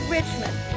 Richmond